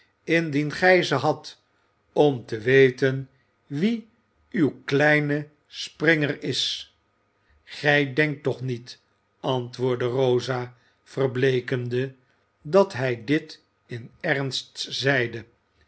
indien gij ze hadt om te weten wie uw kleine springer is gij denkt toch niet antwoordde rosa verbleekende dat hij dit in ernst zeide